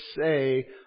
say